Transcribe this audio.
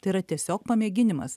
tai yra tiesiog pamėginimas